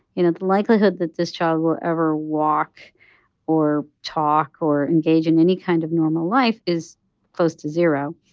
you know, the likelihood that this child will ever walk or talk or engage in any kind of normal life is close to zero.